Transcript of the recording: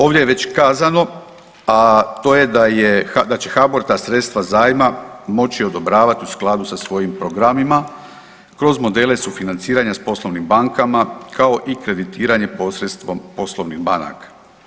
Ovdje je već kazano, a to je da će HBOR ta sredstva zajma moći odobravat u skladu sa svojim programima kroz modele sufinanciranja s poslovnim bankama, kao i kreditiranje posredstvom poslovnih banaka.